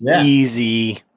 easy